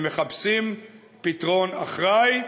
הם מחפשים פתרון אחראי,